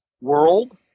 world